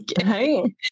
okay